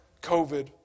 COVID